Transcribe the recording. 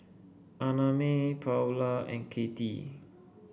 Annamae Paula and Kattie